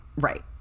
Right